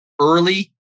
early